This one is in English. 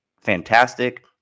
fantastic